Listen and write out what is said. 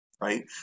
right